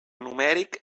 numèric